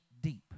deep